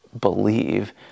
believe